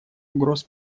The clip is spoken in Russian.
угроз